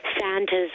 Santa's